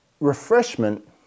refreshment